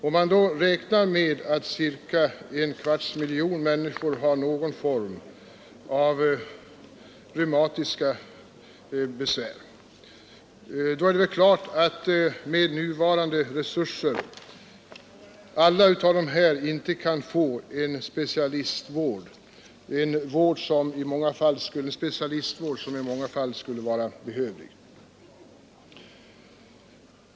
Om man räknar med att ca en kvarts miljon människor har någon form av reumatiska besvär är det klart att med nuvarande resurser kan alla dessa inte få den specialistvård som skulle vara behövlig.